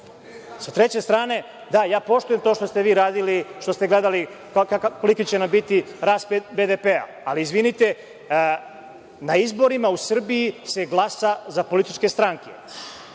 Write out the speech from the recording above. treće strane, da, ja poštujem to što se vi radili, gledali koliki će nam biti rast BDP, ali izvinite, na izborima u Srbiji se glasa za političke stranke.